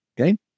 Okay